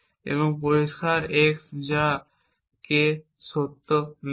এবং পরিষ্কার x যা কে আর সত্য নয়